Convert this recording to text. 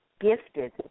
gifted